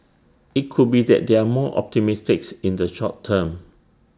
IT could be that they're more in the short term